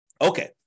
Okay